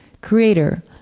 Creator